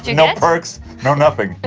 you know perks no nothing.